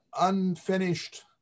unfinished